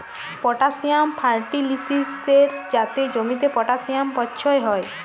potassium ফার্টিলিসের যাতে জমিতে পটাসিয়াম পচ্ছয় হ্যয়